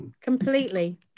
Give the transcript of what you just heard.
Completely